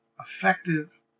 effective